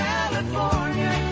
California